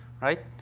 right?